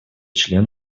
член